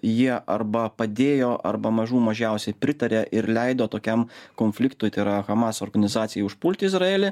jie arba padėjo arba mažų mažiausiai pritarė ir leido tokiam konfliktui tai yra hamaso organizacijai užpulti izraelį